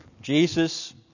Jesus